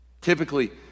Typically